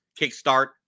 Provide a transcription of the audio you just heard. kickstart